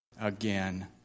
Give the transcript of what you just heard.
Again